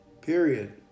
period